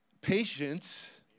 patience